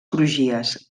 crugies